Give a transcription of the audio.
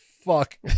fuck